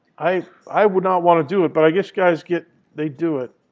i i would not want to do it. but i guess guys get they do it.